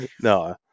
No